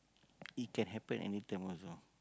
it can happen anytime also